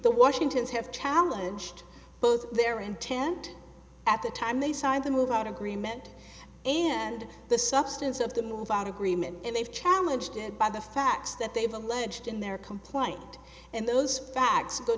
the washington's have challenged both their intent at the time they signed the move out agreement and the substance of the move out agreement and they've challenged it by the facts that they've alleged in their complaint and those facts go